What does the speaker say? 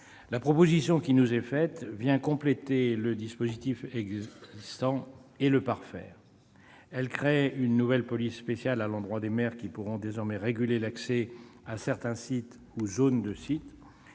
La proposition qui nous est faite vient compléter le dispositif déjà existant et le parfaire. Elle crée une nouvelle police spéciale à l'endroit des maires qui pourront désormais réguler l'accès à certains sites ou zones de site.